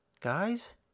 guys